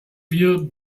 wir